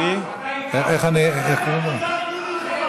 כן.